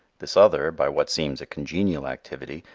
this other by what seems a congenial activity,